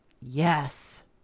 Yes